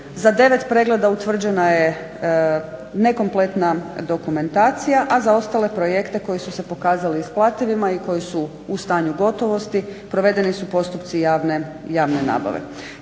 za 9 pregleda utvrđena je nekompletna dokumentacija, a za ostale projekte koji su se pokazali isplativima i koji su u stanju gotovosti provedeni su postupci javne nabave.